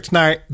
naar